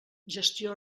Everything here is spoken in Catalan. gestió